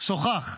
שוחח,